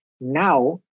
now